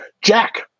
Jack